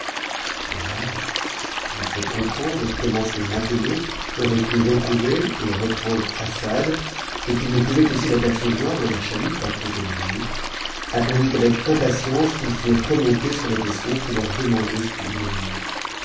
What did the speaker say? qui ne pouvait comprend comment ses matelots t t c t ouvcr et reprendre assad et qui ne pouvait aussi t'apercevoir dans a rfmtonpc à cause de la nuit attendit avec impatience qu'ils fussent onontessur e vaisseau pour leur demander ce qu'ils voulaient dire